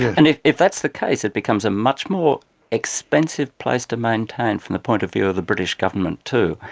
and if if that's the case it becomes a much more expensive place to maintain from the point of view of the british government too,